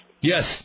Yes